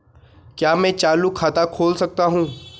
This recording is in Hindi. क्या मैं चालू खाता खोल सकता हूँ?